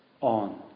on